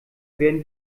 werden